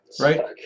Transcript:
Right